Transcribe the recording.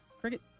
cricket